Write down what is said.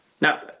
Now